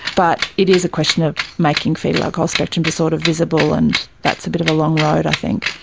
but it is a question of making foetal alcohol spectrum disorder visible, and that's a bit of a long road i think.